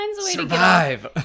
survive